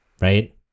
right